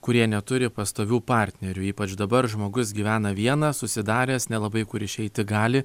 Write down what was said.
kurie neturi pastovių partnerių ypač dabar žmogus gyvena vienas užsidaręs nelabai kur išeiti gali